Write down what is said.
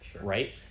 right